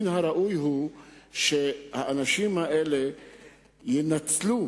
מן הראוי שהאנשים האלה ינצלו